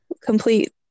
complete